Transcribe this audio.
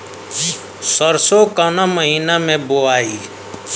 सरसो काउना महीना मे बोआई?